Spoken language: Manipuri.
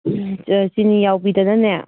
ꯆꯤꯅꯤ ꯌꯥꯎꯕꯤꯗꯅꯅꯦ